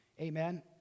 Amen